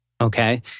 okay